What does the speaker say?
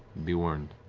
be warned.